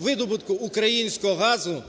видобутку українського газу